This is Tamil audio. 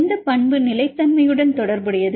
எந்த பண்பு நிலைத்தன்மையுடன் தொடர்புடையது